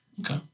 Okay